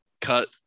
cut